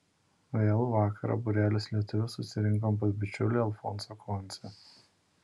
vėlų vakarą būrelis lietuvių susirinkom pas bičiulį alfonsą koncę